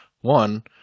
One